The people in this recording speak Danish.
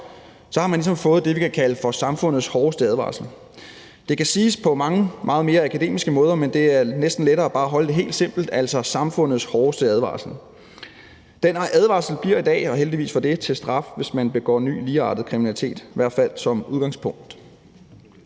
ligesom fået det, vi kan kalde for samfundets hårdeste advarsel. Det kan siges på mange meget mere akademiske måder, men det er næsten lettere bare at holde det helt simpelt, altså: samfundets hårdeste advarsel. Den advarsel bliver i dag, og heldigvis for det, til straf, hvis man begår ny ligeartet kriminalitet, i hvert fald som udgangspunkt.